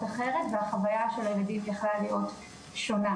אחרת והחוויה של הילדים יכלה להיות שונה.